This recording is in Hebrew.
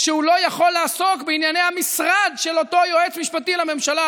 שהוא לא יכול לעסוק בענייני המשרד של אותו יועץ משפטי לממשלה,